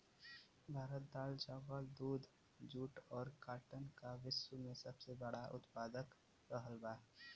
भारत दाल चावल दूध जूट और काटन का विश्व में सबसे बड़ा उतपादक रहल बा